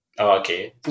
Okay